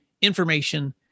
information